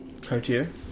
Cartier